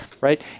right